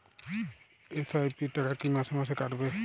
SIP র টাকা কী মাসে মাসে কাটবে?